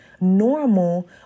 normal